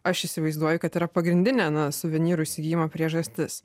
aš įsivaizduoju kad yra pagrindinė na suvenyrų įsigijimo priežastis